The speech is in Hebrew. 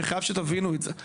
אני חייב שתבינו את זה.